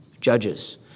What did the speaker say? judges